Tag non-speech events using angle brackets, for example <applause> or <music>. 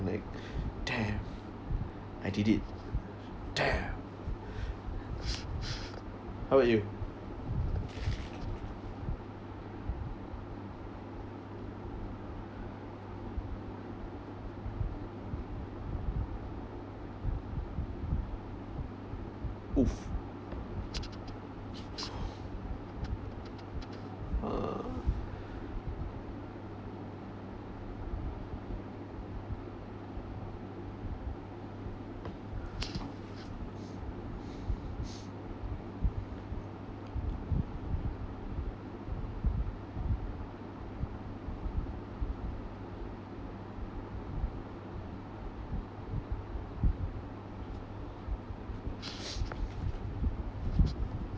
then like damn I did it damn <noise> how about you !oof! uh <noise>